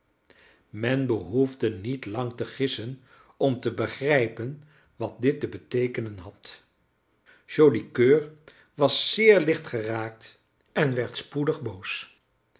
men behoefde niet lang te gissen om te begrijpen wat dit te beteekenen had joli coeur was zeer lichtgeraakt en werd spoedig boos